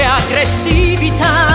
aggressività